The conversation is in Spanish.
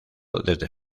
desde